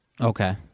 Okay